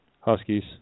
Huskies